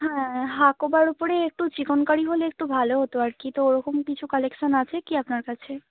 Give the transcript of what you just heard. হ্যাঁ হাকোবার ওপরেই একটু চিকনকারি হলে একটু ভালো হতো আর কি তো ওরকম কিছু কালেকশন আছে কি আপনার কাছে